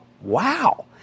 Wow